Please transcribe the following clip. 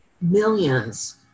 millions